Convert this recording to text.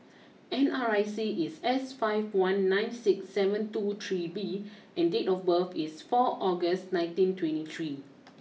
N R I C is S five one nine six seven two three B and date of birth is four August nineteen twenty three